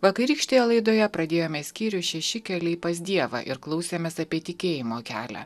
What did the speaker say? vakarykštėje laidoje pradėjome skyrių šeši keliai pas dievą ir klausėmės tikėjimo kelią